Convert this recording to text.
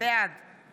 בעד